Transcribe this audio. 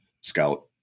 Scout